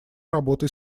работой